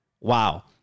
Wow